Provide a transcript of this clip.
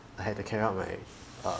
I had to carry out my err